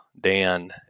Dan